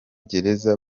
gereza